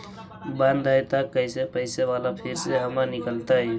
बन्द हैं त कैसे पैसा बाला फिर से हमर निकलतय?